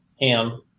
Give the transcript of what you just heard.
Ham